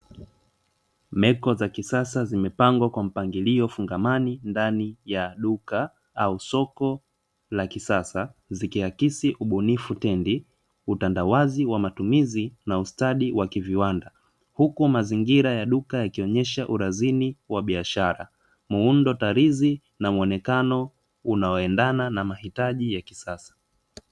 Meko za kisasa zimepangwa kwa mpangilio fungamani ndani ya duka au soko la kisasa. Zikiakisi ubunifu tendi, utandawazi wa matumizi na ustadi wa kiviwanda. Huku mazingira ya duka yakionyesha urazini wa biashara, muundo tarizi na muonekano unaoendana na mahitaji ya kisasa.